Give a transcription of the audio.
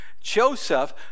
Joseph